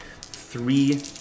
three